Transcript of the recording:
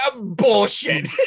Bullshit